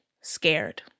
scared